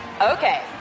Okay